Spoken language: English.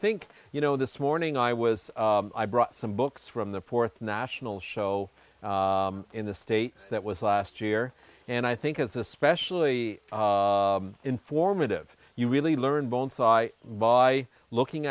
think you know this morning i was i brought some books from the fourth national show in the state that was last year and i think it's especially informative you really learn bone saw by looking